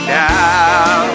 now